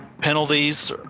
penalties